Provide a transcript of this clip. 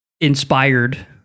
Inspired